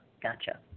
Gotcha